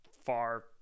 far